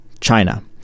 China